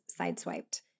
sideswiped